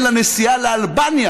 למה?